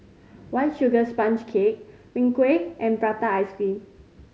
White Sugar Sponge Cake Png Kueh and prata ice cream